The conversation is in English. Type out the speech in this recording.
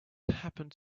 happened